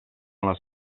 les